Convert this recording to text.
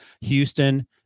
Houston